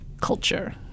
culture